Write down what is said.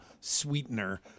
sweetener